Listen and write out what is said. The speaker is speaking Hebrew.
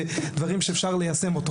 ודברים שאפשר ליישם.